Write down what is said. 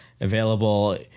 available